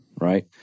right